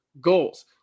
goals